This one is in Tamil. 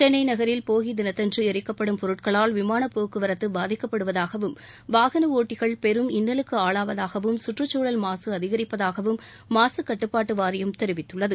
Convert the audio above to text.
சென்னை நகரில் போகி தினத்தன்று ளரிக்கப்படும் பொருட்களால் விமான போக்குவரத்து பாதிக்கப்படுவதாகவும் வாகன ஓட்டிகள் பெரும் இன்னழலுக்கு ஆளாவதாகவும் சுற்றுச்சூழல் மாசு அதிகரிப்பதாகவும் மாசு கட்டுப்பாட்டு வாரியம் தெரிவித்துள்ளது